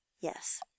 Yes